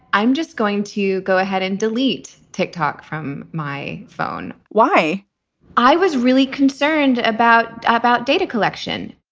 i'm just going to go ahead and delete ticktock from my phone. why i was really concerned about about data collection.